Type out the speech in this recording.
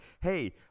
hey